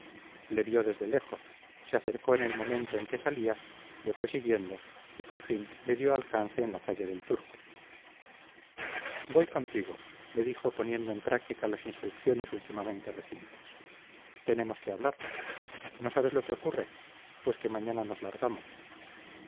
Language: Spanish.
le vio desde lejos se acercó en el momento en que salía le fue siguiendo y por fin le dio alcance en la calle del turco voy contigo le dijo poniendo en práctica las instrucciones últimamente recibidas tenemos que hablar no sabes lo que ocurre pues que mañana nos largamos